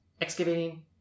excavating